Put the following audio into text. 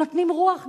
נותנים רוח גבית.